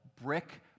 brick